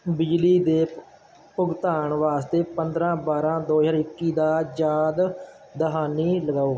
ਬਿਜਲੀ ਦੇ ਭੁਗਤਾਨ ਵਾਸਤੇ ਪੰਦਰ੍ਹਾਂ ਬਾਰ੍ਹਾਂ ਦੋ ਹਜ਼ਾਰ ਇੱਕੀ ਦਾ ਯਾਦ ਦਹਾਨੀ ਲਗਾਓ